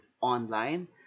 online